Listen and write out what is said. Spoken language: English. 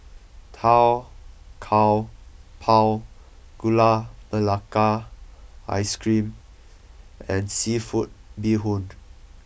Tau Kwa Pau Gula Melaka ice cream and seafood be hond